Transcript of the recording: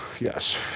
Yes